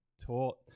taught